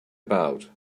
about